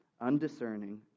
Undiscerning